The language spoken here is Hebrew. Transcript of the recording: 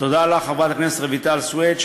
תודה לך, חברת הכנסת רויטל סויד.